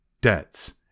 debts